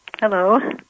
Hello